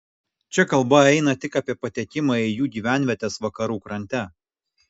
čia kalba eina tik apie patekimą į jų gyvenvietes vakarų krante